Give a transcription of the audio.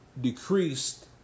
decreased